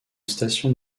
station